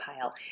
pile